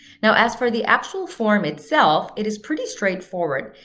now, as for the actual form itself, it is pretty straight forward.